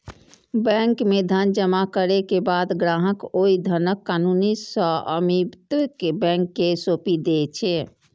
bank मे धन जमा करै के बाद ग्राहक ओइ धनक कानूनी स्वामित्व बैंक कें सौंपि दै छै